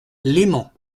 leyment